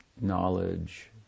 knowledge